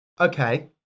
Okay